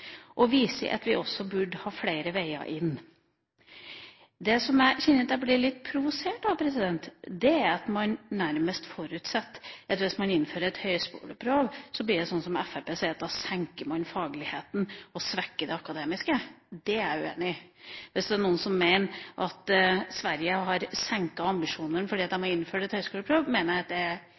og den viser at vi også burde ha flere veier inn. Det som jeg kjenner at jeg blir litt provosert av, er at man nærmest forutsetter at hvis man innfører et «högskoleprov», blir det sånn som Fremskrittspartiet sier, at man senker fagligheten og svekker det akademiske. Det er jeg uenig i. Hvis det er noen som mener at Sverige har senket ambisjonene fordi man har innført et «högskoleprov», mener jeg